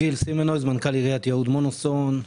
מנכ"ל עיריית יהוד מונסון.